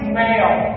male